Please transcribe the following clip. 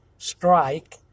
strike